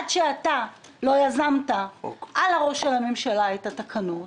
עד שאתה לא יזמת "על הראש" של הממשלה את התקנות,